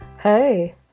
Hey